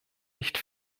nicht